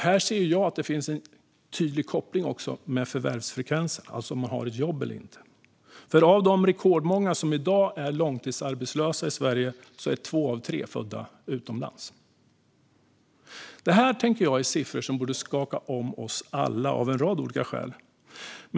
Här ser jag att det finns en tydlig koppling till förvärvsfrekvensen, alltså om man har ett jobb eller inte, för av de rekordmånga som i dag är långtidsarbetslösa är två av tre födda utomlands. Det här, tänker jag, är siffror som borde skaka om oss alla av en rad olika skäl.